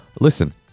listen